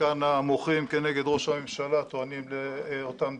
וכאן המוחים כנגד ראש הממשלה טוענים לאותה מדיניות.